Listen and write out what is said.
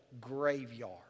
graveyard